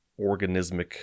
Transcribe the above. organismic